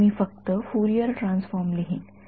तर मी फक्त फुरियर ट्रान्सफॉर्म लिहीन